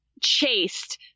chased